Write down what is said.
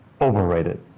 Overrated